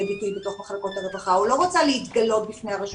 ביטוי בתוך מחלקות הרווחה או לא רוצה להתגלות בפני הרשות